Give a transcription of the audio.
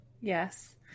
yes